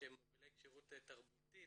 שהם מובילי כשירות תרבותית,